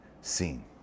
seen